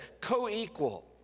co-equal